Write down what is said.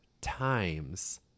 times